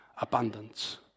abundance